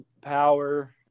power